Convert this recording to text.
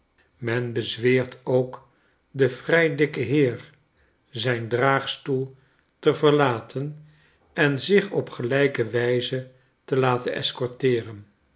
men bezweert ook den vrij dikken heer zijn draagstoel te verlaten en zich op gelijke wijze te laten